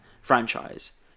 franchise